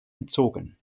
entzogen